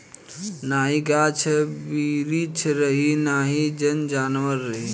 नाही गाछ बिरिछ रही नाही जन जानवर रही